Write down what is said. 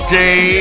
day